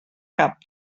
cap